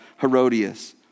Herodias